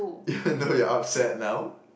even though you're upset now